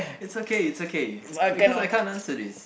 it's okay it's okay because I can't answer this